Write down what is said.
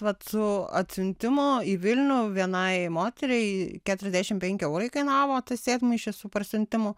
vat su atsiuntimu į vilnių vienai moteriai keturiasdešim penki eurai kainavo tas sėdmaišis su parsiuntimu